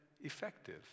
effective